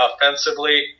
offensively